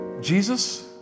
Jesus